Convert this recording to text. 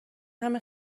همه